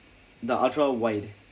the ultra wide